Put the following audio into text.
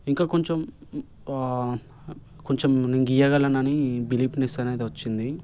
ఇంకా కొంచెం కొంచెం నేను గీయగలను అని బిలీఫ్నెస్ అనేది వచ్చింది